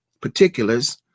particulars